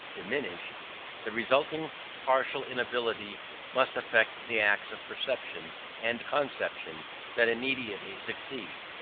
diminished the resulting partial inability must affect the acts of perception and conception that immediately succeed.